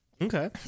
Okay